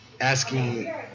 asking